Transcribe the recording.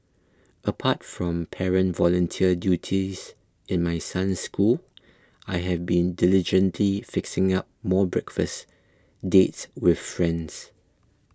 apart from parent volunteer duties in my son's school I have been diligently fixing up more breakfast dates with friends